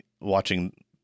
watching